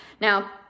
now